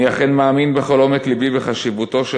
אני אכן מאמין בכל עומק לבי בחשיבותו של